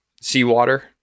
seawater